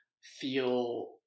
feel